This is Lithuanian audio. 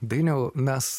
dainiau mes